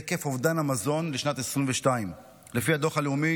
הן היקף אובדן המזון לשנת 2022 לפי הדוח הלאומי